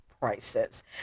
prices